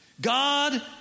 God